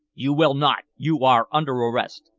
you will not. you are under arrest.